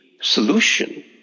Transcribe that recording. solution